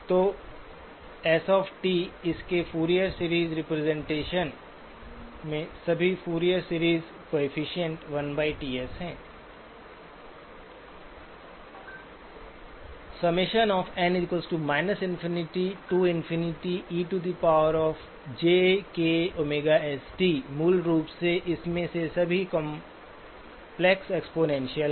तो S T s इसके Fourier series representation में सभी फूरियर सीरीज़ कोएफ़िशिएंट 1Ts हैं मूल रूप से उनमें से सभी कॉम्प्लेक्स एक्सपोनेंसिअल्स हैं